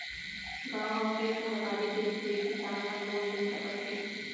गॉंव गॉंव के सहकारी बेंक ले किसान मन लोन ले सकत हे